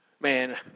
Man